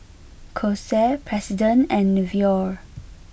Kose President and Nivea